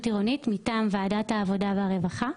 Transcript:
עירונית מטעם ועדת העבודה והרווחה.